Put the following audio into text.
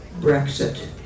Brexit